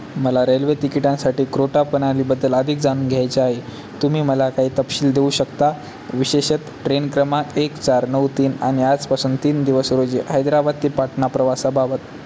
मला रेल्वे तिकिटांसाठी क्रोटा प्रणालीबद्दल अधिक जाणून घ्यायचे आहे तुम्ही मला काही तपशील देऊ शकता विशेषतः ट्रेन क्रमांक एक चार नऊ तीन आणि आजपासून तीन दिवस रोजी हैदराबाद ते पाटणा प्रवासाबाबत